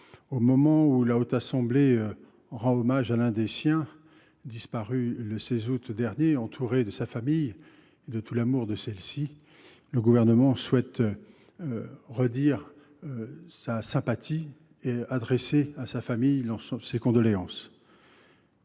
au moment où la Haute Assemblée rend hommage à l’un des siens, disparu le 16 août dernier, entouré de tout l’amour de ses proches, le Gouvernement souhaite redire sa sympathie et adresser ses condoléances